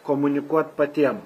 komunikuot patiem